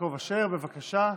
יעקב אשר, בבקשה.